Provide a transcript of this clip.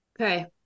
Okay